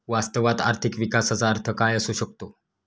वास्तवात आर्थिक विकासाचा अर्थ काय असू शकतो?